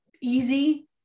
easy